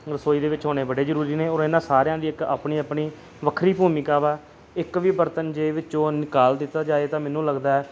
ਰਸੋਈ ਦੇ ਵਿੱਚ ਹੋਣੇ ਬੜੇ ਜ਼ਰੂਰੀ ਨੇ ਔਰ ਇਹਨਾਂ ਸਾਰਿਆਂ ਦੀ ਇੱਕ ਆਪਣੀ ਆਪਣੀ ਵੱਖਰੀ ਭੂਮਿਕਾ ਵਾ ਇੱਕ ਵੀ ਬਰਤਨ ਜੇ ਵਿੱਚੋਂ ਨਿਕਾਲ ਦਿੱਤਾ ਜਾਵੇ ਤਾਂ ਮੈਨੂੰ ਲੱਗਦਾ